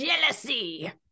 jealousy